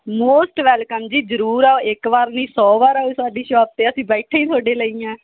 most welcome ਜੀ ਜ਼ਰੂਰ ਆਓ ਇੱਕ ਵਾਰ ਨਹੀਂ ਸੌ ਵਾਰ ਆਓ ਸਾਡੀ ਸ਼ੋਪ 'ਤੇ ਅਸੀਂ ਬੈਠੇ ਹੀ ਤੁਹਾਡੇ ਲਈ ਆ